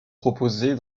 proposées